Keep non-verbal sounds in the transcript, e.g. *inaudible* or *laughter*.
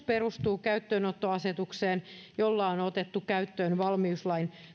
*unintelligible* perustuu käyttöönottoasetukseen jolla on otettu käyttöön valmiuslain